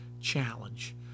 challenge